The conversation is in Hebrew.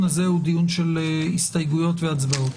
הזה הוא דיון של הסתייגויות והצבעות.